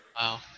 Wow